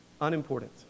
unimportant